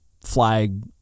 flag